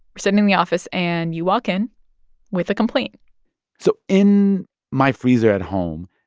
we're sitting in the office, and you walk in with a complaint so in my freezer at home,